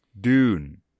Dune